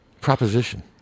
proposition